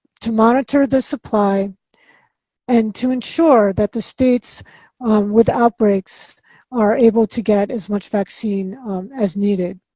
to monitor the supply and to ensure that the states with outbreaks are able to get as much vaccine as needed.